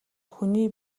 хүний